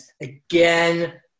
again